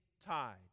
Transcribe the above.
tide